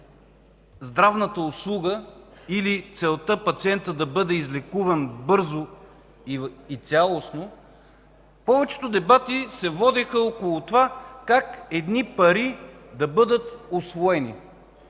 здравната услуга или целта пациентът да бъде излекуван бързо и цялостно, повечето дебати се водиха около това как едни пари да бъдат усвоени.